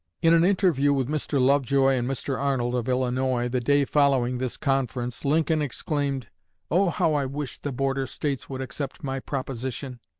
in an interview with mr. lovejoy and mr. arnold, of illinois, the day following this conference, lincoln exclaimed oh, how i wish the border states would accept my proposition!